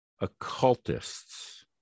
occultists